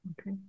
Okay